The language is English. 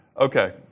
Okay